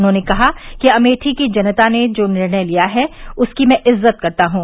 उन्होंने कहा कि अमेठी की जनता ने जो निर्णय लिया है उसकी मैं इज्जत करता हूँ